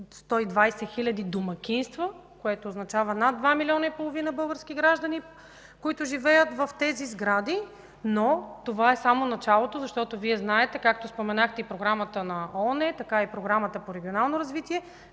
хиляди домакинства, което означава над два милиона и половина български граждани, които живеят в тези сгради, но това е само началото. Защото Вие знаете – както споменахте и Програмата на ООН, така и Програмата за регионално развитие,